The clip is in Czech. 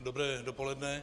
Dobré dopoledne.